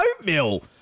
oatmeal